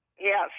Yes